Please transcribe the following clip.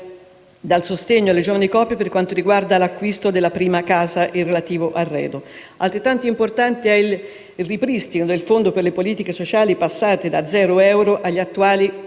dal sostegno alle giovani coppie per quanto riguarda l'acquisto della prima casa e il relativo arredo. Altrettanto importante è il ripristino del fondo per le politiche sociali, passate da zero euro agli attuali